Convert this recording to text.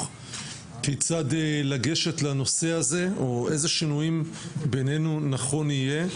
כיצד לגשת לנושא הזה או איזה שינויים בינינו נכון יהיה,